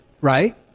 right